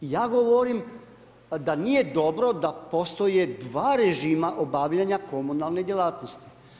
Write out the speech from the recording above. Ja govorim da nije dobro da postoje 2 režima obavljanje komunalne djelatnosti.